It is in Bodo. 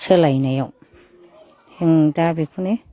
सोलायनायाव दा बेखौनो